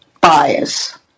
bias